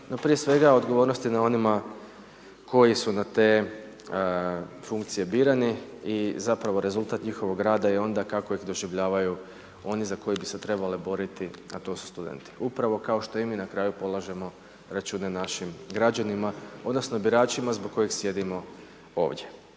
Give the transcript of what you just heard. prije svega, odgovornost je na onima koji su na te funkcije birani i zapravo rezultat njihovog rada je onda kako ih doživljavaju oni za koje bi se trebale boriti, a to su studenti upravo kao što i mi na kraju polažemo račune našim građanima odnosno biračima zbog kojih sjedimo ovdje.